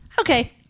okay